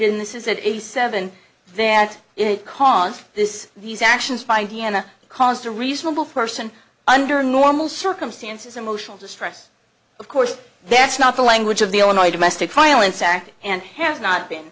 persuaded this is it is seven there that it caused this these actions by the end caused a reasonable person under normal circumstances emotional distress of course that's not the language of the illinois domestic violence act and has not been